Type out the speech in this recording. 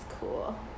cool